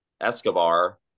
escobar